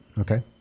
Okay